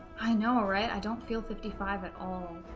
i know all right i don't feel fifty five at all